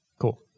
Cool